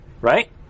Right